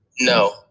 No